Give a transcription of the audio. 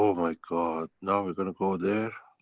my god! now we're gonna go there?